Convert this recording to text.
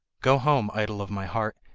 go home, idol of my heart,